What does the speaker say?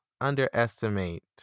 underestimate